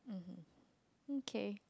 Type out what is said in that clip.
mmhmm okay